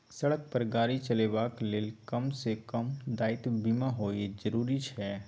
सड़क पर गाड़ी चलेबाक लेल कम सँ कम दायित्व बीमा होएब जरुरी छै